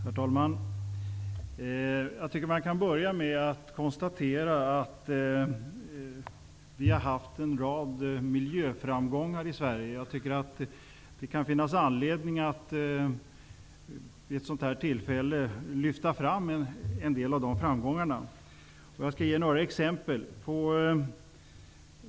Herr talman! Låt mig börja med att konstatera att vi har haft en rad miljöframgångar i Sverige. Vid ett sådant här tillfälle kan det finnas anledning att lyfta fram en del av de framgångarna. Jag skall ge några exempel.